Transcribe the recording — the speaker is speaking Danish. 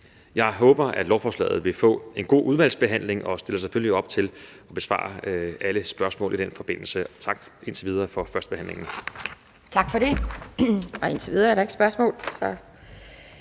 Jeg håber, at lovforslaget vil få en god udvalgsbehandling, og stiller selvfølgelig op til at besvare alle spørgsmål i den forbindelse. Tak indtil videre for førstebehandlingen. Kl.